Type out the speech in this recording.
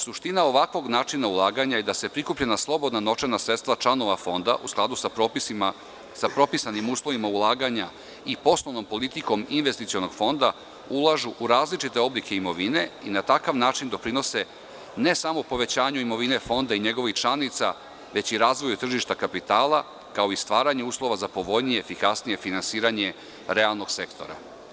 Suština ovakvog načina ulaganja je da se prikupljena slobodna novčana sredstva članova fonda, u skladu sa propisanim uslovima ulaganja i poslovnom politikom investicionog fonda, ulažu u različite oblike imovine i na takav način doprinose ne samo povećanju imovine fonda i njegovih članica, već i razvoju tržišta kapitala, kao i stvaranju uslova za povoljnije i efikasnije finansiranje realnog sektora.